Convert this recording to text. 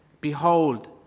Behold